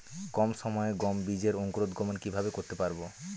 কম সময়ে গম বীজের অঙ্কুরোদগম কিভাবে করতে পারব?